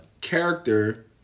character